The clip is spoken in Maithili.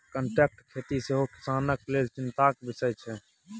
कांट्रैक्ट खेती सेहो किसानक लेल चिंताक बिषय छै